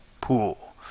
pool